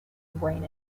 brain